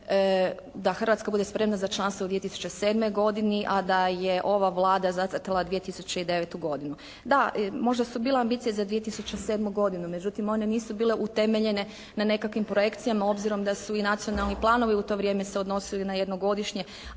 da Hrvatska bude spremna za članstvo u 2007. godini a da je ova Vlada zacrtala 2009. godinu. Da, možda su bile ambicije za 2007. godinu. Međutim one nisu bile utemeljene na nekakvim projekcijama obzirom da su i nacionalni planovi u to vrijeme se odnosili na jednogodišnje